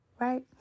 Right